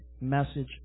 message